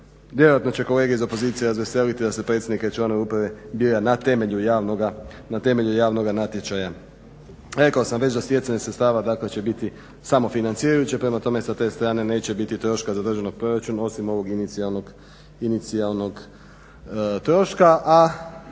Vjerojatno će kolege iz opozicije razveseliti da se predstavnike i članove uprave bira na temelju javnoga natječaja. Rekao sam već da stjecanje sredstava će biti samo financirajuće, prema tome sa te strane neće biti troška za državnog proračuna osim ovog inicijalnog troška